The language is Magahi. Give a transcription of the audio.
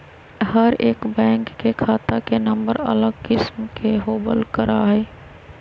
हर एक बैंक के खाता के नम्बर अलग किस्म के होबल करा हई